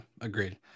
agreed